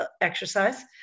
exercise